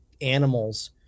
animals